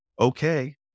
okay